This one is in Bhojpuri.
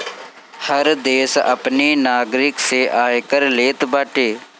हर देस अपनी नागरिक से आयकर लेत बाटे